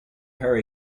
her